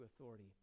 authority